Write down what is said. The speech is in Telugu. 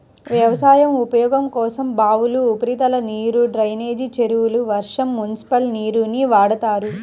వ్యవసాయ ఉపయోగం కోసం బావులు, ఉపరితల నీరు, డ్రైనేజీ చెరువులు, వర్షం, మునిసిపల్ నీరుని వాడతారు